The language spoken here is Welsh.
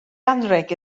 anrheg